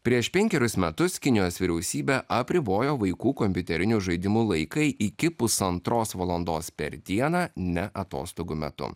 prieš penkerius metus kinijos vyriausybė apribojo vaikų kompiuterinių žaidimų laiką iki pusantros valandos per dieną ne atostogų metu